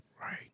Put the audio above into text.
Right